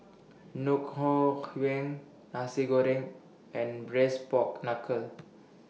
Ngoh Hiang Nasi Goreng and Braised Pork Knuckle